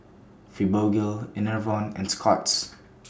Fibogel Enervon and Scott's